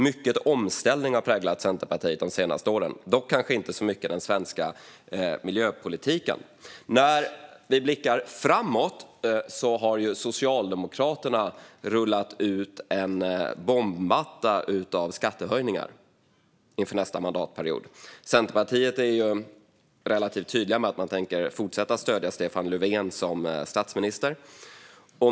Mycket omställning har präglat Centerpartiet de senaste åren, dock kanske inte så mycket den svenska miljöpolitiken. När vi blickar framåt ser vi att Socialdemokraterna har rullat ut en bombmatta av skattehöjningar inför nästa mandatperiod. Centerpartiet är relativt tydliga med att man tänker fortsätta att stödja Stefan Löfven som statsminister.